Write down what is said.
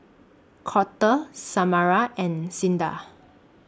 Colter Samara and Cinda